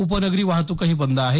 उपनगरी वाहतूकही बंद आहे